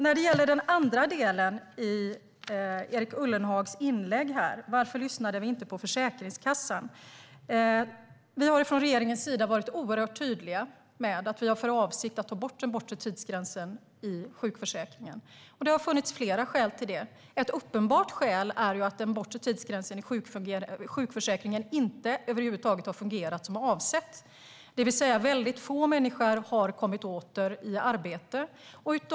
När det gäller den andra frågan i Erik Ullenhags inlägg, varför vi inte lyssnade på Försäkringskassan, har vi från regeringens sida varit oerhört tydliga med att vi har för avsikt att ta bort den bortre tidsgränsen i sjukförsäkringen. Det har funnits flera skäl till det. Ett uppenbart skäl är att den bortre tidsgränsen i sjukförsäkringen över huvud taget inte har fungerat som avsett, det vill säga att väldigt få människor har kommit åter i arbete.